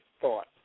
Thought